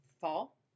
Fall